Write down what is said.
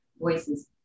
voices